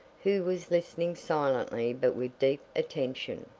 who was listening silently but with deep attention.